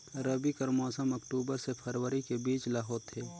रबी कर मौसम अक्टूबर से फरवरी के बीच ल होथे